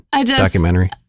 documentary